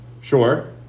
Sure